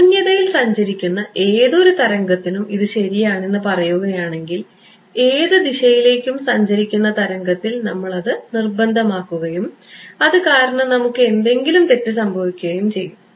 ശൂന്യതയിൽ സഞ്ചരിക്കുന്ന ഏതൊരു തരംഗത്തിനും ഇത് ശരിയാണെന്ന് പറയുകയാണെങ്കിൽ ഏത് ദിശയിലേക്കും സഞ്ചരിക്കുന്ന തരംഗത്തിൽ നമ്മൾ അത് നിർബന്ധമാക്കുകയും അത് കാരണം നമുക്ക് എന്തെങ്കിലും തെറ്റ് സംഭവിക്കുകയും ചെയ്യും